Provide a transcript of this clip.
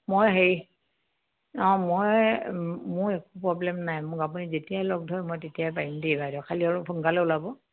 মই হেৰি অঁ মই মোৰ একো প্ৰব্লেম নাই মোক আপুনি যেতিয়াই লগ ধৰে মই তেতিয়াই পাৰিম দেই বাইদেউ খালি আলপ সোনকালে ওলাব